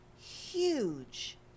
huge